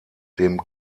dem